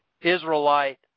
Israelite